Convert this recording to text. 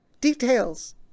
details